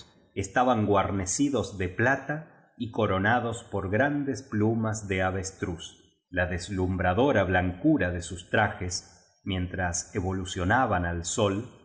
estaban guarnecidos de plata y coronados por grandes plumas de aves truz la deslumbradora blancura de sus trajes mientras evo lucionaban al sol se